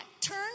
Turn